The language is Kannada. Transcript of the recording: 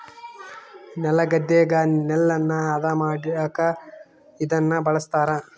ನೆಲಗದ್ದೆಗ ನೆಲನ ಹದ ಮಾಡಕ ಇದನ್ನ ಬಳಸ್ತಾರ